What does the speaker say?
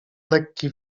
lekki